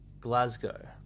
Glasgow